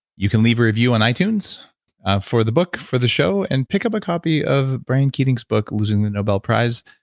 you can leave a review on itunes for the book, for the show, and pick up a copy of brian keating's book, losing the nobel prize.